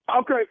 Okay